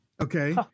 Okay